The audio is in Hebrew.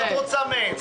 מה את רוצה מהם?